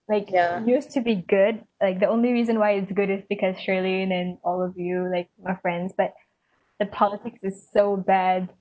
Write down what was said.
like used to be good like the only reason why it's good is because shirlyn and all of you like my friends but the politics is so bad